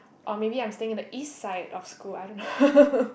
or maybe I'm staying in the east side of school I don't know